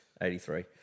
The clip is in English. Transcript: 83